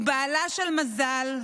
הוא בעלה של מזל,